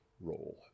role